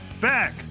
Back